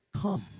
come